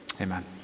amen